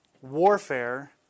warfare